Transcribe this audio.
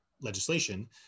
legislation